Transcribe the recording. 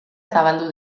zabaldu